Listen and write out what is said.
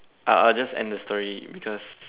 uh I'll just end the story because